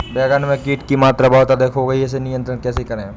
बैगन में कीट की मात्रा बहुत अधिक हो गई है इसे नियंत्रण कैसे करें?